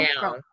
down